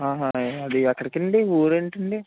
ఆహా అది ఎక్కడికండి ఊరేంటండి